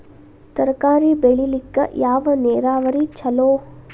ತರಕಾರಿ ಬೆಳಿಲಿಕ್ಕ ಯಾವ ನೇರಾವರಿ ಛಲೋ?